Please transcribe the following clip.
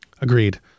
Agreed